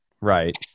right